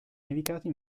nevicate